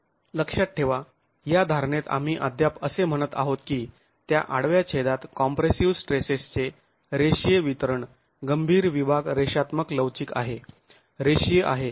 लक्षात ठेवा या धारणेत आम्ही अद्याप असे म्हणत आहोत की त्या आडव्या छेदात कॉंम्प्रेसिव स्टेसेसचे रेषीय वितरण गंभीर विभाग रेषात्मक लवचिक आहे रेषीय आहे